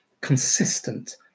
consistent